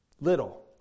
Little